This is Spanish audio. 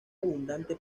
abundante